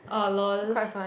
oh lol